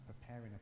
preparing